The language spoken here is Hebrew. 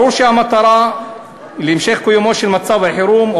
ברור שהמטרה בהמשך קיומו של מצב החירום,